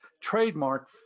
trademark